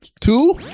Two